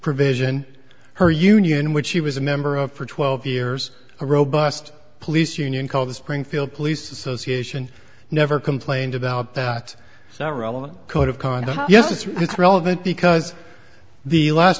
provision her union which she was a member of for twelve years a robust police union called the springfield police association never complained about that not relevant code of conduct yes this is relevant because the last